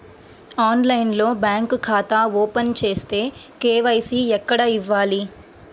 ఆన్లైన్లో బ్యాంకు ఖాతా ఓపెన్ చేస్తే, కే.వై.సి ఎక్కడ ఇవ్వాలి?